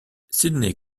sidney